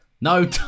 No